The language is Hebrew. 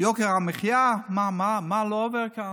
יוקר המחיה, מה לא עובר כאן?